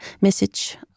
message